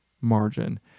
margin